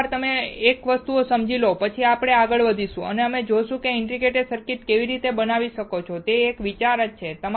એકવાર તમે એક વસ્તુ સમજી લો પછી અમે આગળ વધીશું અને અમે જોશું કે તમે ઇન્ટિગ્રેટેડ સર્કિટ કેવી રીતે બનાવી શકો છો તે જ આ વિચાર છે